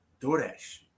DoorDash